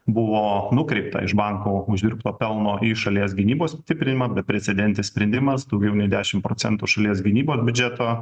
buvo nukreipta iš banko uždirbto pelno į šalies gynybos stiprinimą beprecedentis sprendimas daugiau nei dešim procentų šalies gynybos biudžeto